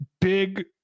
Big